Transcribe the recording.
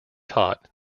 taught